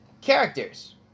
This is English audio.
Characters